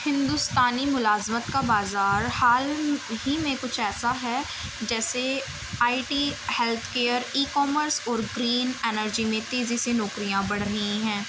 ہندوستانی ملازمت کا بازار حال ہی میں کچھ ایسا ہے جیسے I T health care e commerce اور گرین انرجی میں تیزی سے نوکریاں بڑھ رہی ہیں